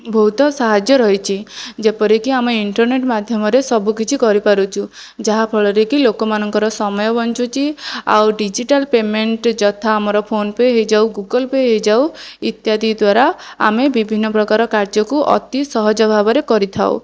ବହୁତ ସାହାଯ୍ୟ ରହିଚି ଯେପରିକି ଆମ ଇଣ୍ଟରନେଟ ମାଧ୍ୟମରେ ସବୁ କିଛି କରିପାରୁଛୁ ଯାହାଫଳରେ କି ଲୋକମାନଙ୍କର ସମୟ ବଞ୍ଚୁଛି ଆଉ ଡିଜିଟାଲ ପେମେଣ୍ଟ ଯଥା ଆମର ଫୋନପେ ହୋଇଯାଉ ଗୁଗଲପେ ହୋଇଯାଉ ଇତ୍ୟାଦି ଦ୍ଵାରା ଆମେ ବିଭିନ୍ନ ପ୍ରକାର କାର୍ଯ୍ୟକୁ ଅତି ସହଜ ଭାବରେ କରିଥାଉ